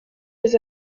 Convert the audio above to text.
les